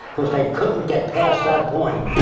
cause they couldn't get passed that point.